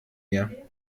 ihr